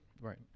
Right